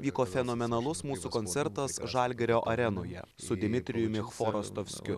vyko fenomenalus mūsų koncertas žalgirio arenoje su dmitrijumi chvorostovskiu